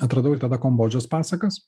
atradau ir tada kombodžos pasakas